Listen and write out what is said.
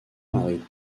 mary